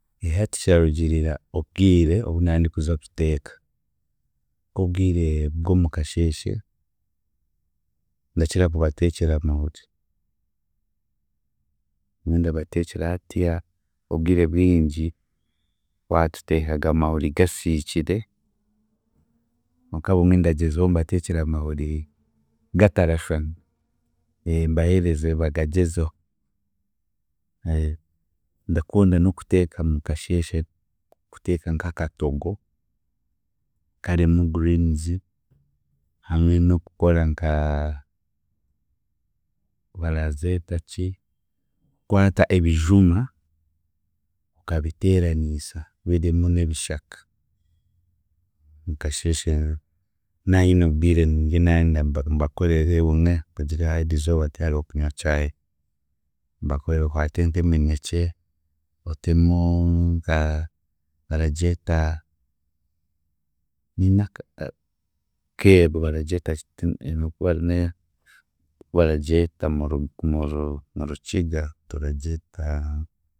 Hati kirarugiirira obwire obu naandikuza kuteeka. Nk'obwire bw'omukasheehse, ndakira kubateekyera amahuri nyowe ndateekyera hatiiya obwire bwingi twatuteekaga amahuri gasiikire konka bumwe ndagyezaho mbateekyere amahuri gatarashwana, mbaheereze bagagyezeho. Ndakunda n'okuteeka mukasheeshe kuteeka nk'akatogo karimu greens hamwe n'okukora nka barazeetaki, kukwata ebijuma nkabiteeraniisa birimu n'ebishaka mukasheeshe naanyine obwire nibyo naarenda mbakorere bumwe mbagire eriizooba tihariho kunywa chai mbakorere nkwate nk'eminekye otemu a- baragyeta naka keebu baragyeta si- tindamanya okubaragyeta muruga muru murukiga turagyeta.